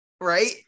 Right